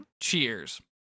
cheers